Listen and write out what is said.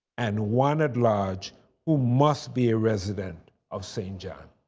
and one at-large who must be a resident of st. john.